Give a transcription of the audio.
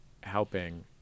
helping